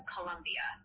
Colombia